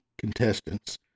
contestants